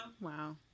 Wow